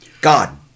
God